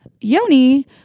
Yoni